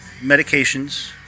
medications